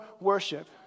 worship